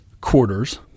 quarters